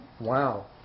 Wow